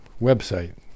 website